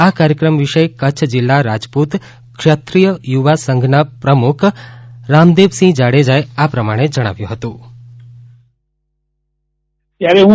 આ કાર્યક્રમ વિષે કચ્છ જિલ્લા રાજપૂત ક્ષત્રિય યુવા સંઘના પ્રમુખ રામદેવસિંહ જાડેજાએ આ પ્રમાણે જણાવ્યું હતું